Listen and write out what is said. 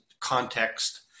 context